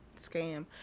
Scam